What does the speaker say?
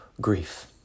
grief